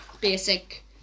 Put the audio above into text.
basic